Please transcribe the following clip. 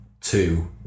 two